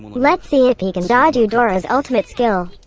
let's see if he can dodge eudora's ultimate skill.